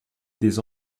des